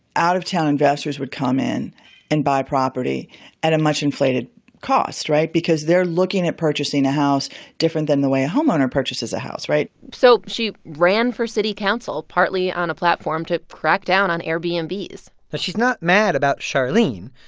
out-of-town investors would come in and buy property at a much-inflated cost right? because they're looking at purchasing a house different than the way a homeowner purchases a house, right? so she ran for city council, partly on a platform to crack down on airbnbs well, but she's not mad about charlene,